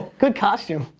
good costume.